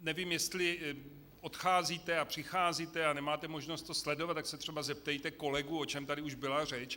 Nevím, jestli odcházíte a přicházíte a nemáte možnost to sledovat, tak se třeba zeptejte kolegů, o čem tady už byla řeč.